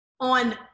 on